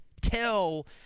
tell